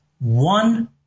one